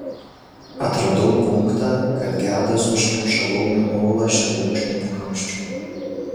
atradau punktą kad gedas užkemša laumių olą šermukšniniu kamščiu